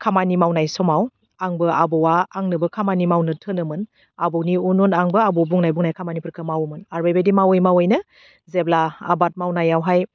खामानि मावनाय समाव आंबो आबौआ आंनोबो खामानि मावनो थोनोमोन आबौनि उन उन आंबो आबौ बुंनाय बुंनाय खामानिफोरखौ मावोमोन आर बेबायदि मावै मावैनो जेब्ला आबाद मावनायावहाय